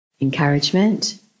encouragement